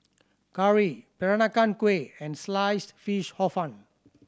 curry Peranakan Kueh and Sliced Fish Hor Fun